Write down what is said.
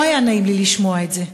לא היה נעים לי לשמוע את זה.